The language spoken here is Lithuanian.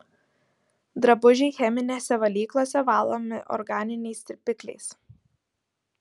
drabužiai cheminėse valyklose valomi organiniais tirpikliais